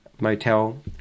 motel